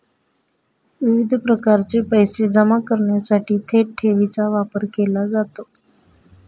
विविध प्रकारचे पैसे जमा करण्यासाठी थेट ठेवीचा वापर केला जातो